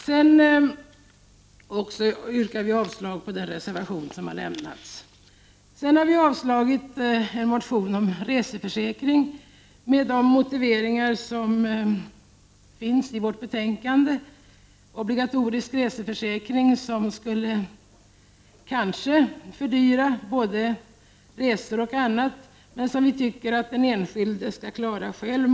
Vi yrkar även avslag på den reservation som har lämnats i frågan. Utskottsmajoriteten har i betänkandet även avstyrkt en motion om reseförsäkring. Obligatorisk reseförsäkring skulle kanske fördyra såväl resan som annat. Vi tycker att den enskilde skall klara det försäkringsskyddet själv.